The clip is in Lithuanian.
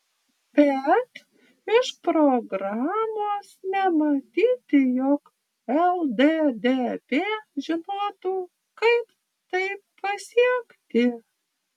bet iš programos nematyti jog lddp žinotų kaip tai pasiekti